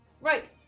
Right